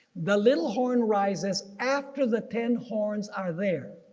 the little horn rises after the ten horns are there.